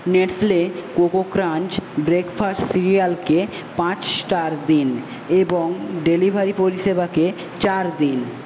Nestle Koko Krunch breakfast সিরিয়ালকে পাঁচ star দিন এবং ডেলিভারি পরিষেবাকে চার দিন